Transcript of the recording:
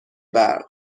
برق